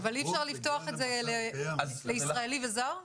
אבל אי אפשר לפתוח את זה לישראלי וזר?